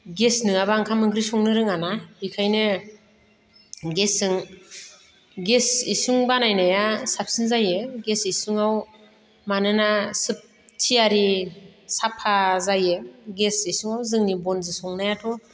gas नोङाब्ला ओंखाम ओंख्रि संनो रोङाना इखायनो गेसजों गेस इसिं बानायनाया साबसिन जायो गेस इसिङाव मानोना सब थियारि साफा जायो गेस इसिङाव जोंनि बनजो संनायाथ'